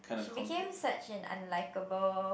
she became such an unlikable